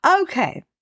Okay